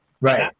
right